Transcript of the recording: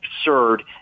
absurd